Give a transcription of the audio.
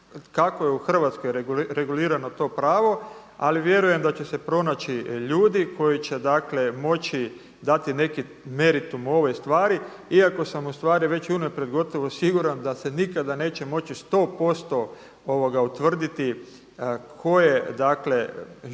kako je u Hrvatskoj regulirano to pravo ali vjerujem da će se pronaći ljudi koji će dakle moći dati neki meritum u ovoj stvari iako sam ustvari već unaprijed gotovo siguran da se nikada neće moći 100% utvrditi tko je žrtva